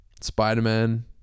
Spider-Man